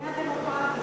המדינה הדמוקרטית.